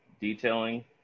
detailing